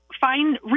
find